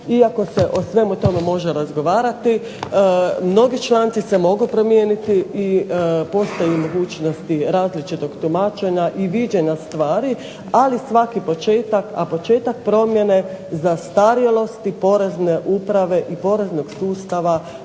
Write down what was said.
iako se o svemu tome može razgovarati, mnogi članci se mogu promijeniti i postoji li mogućnosti različitog tumačenja i viđenja stvari, ali svaki početak, a početak promjene zastarjelosti porezne uprave i poreznog sustava